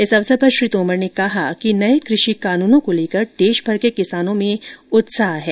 इस अवसर पर श्री तोमर ने कहा कि नए कृषि कानूनों को लेकर देशभर के किसानों में उत्साह है